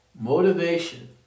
Motivation